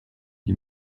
die